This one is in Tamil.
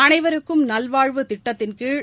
அனைவருக்கும் நல்வாழ்வு திட்டத்தின் கீழ்